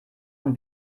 eine